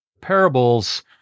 Parables